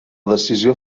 decisió